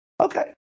Okay